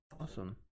awesome